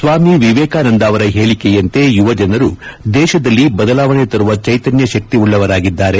ಸ್ಲಾಮಿ ವಿವೇಕಾನಂದ ಅವರ ಹೇಳಿಕೆಯಂತೆ ಯುವಜನರು ದೇಶದಲ್ಲಿ ಬದಲಾವಣೆ ತರುವ ಚೈತನ್ಯ ಶಕ್ತಿವುಳ್ಳವರಾಗಿದ್ದಾರೆ